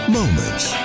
moments